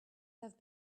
have